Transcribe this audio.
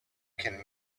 can